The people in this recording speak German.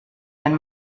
wenn